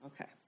Okay